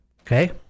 Okay